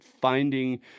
finding